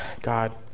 God